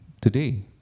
today